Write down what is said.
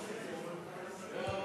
ההצעה להעביר את הצעת חוק התקשורת (בזק ושידורים) (תיקון,